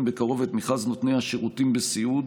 בקרוב את מכרז נותני השירותים בסיעוד,